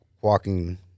walking